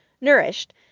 nourished